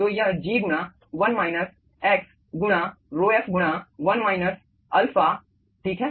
तो यह G गुणा 1 माइनस एक्स गुणा ρf गुणा 1 माइनस अल्फा ठीक है